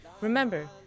Remember